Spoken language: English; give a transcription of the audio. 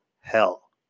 hell